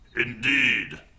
Indeed